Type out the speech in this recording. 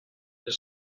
his